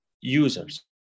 users